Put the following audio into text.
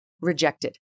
rejected